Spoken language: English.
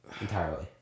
Entirely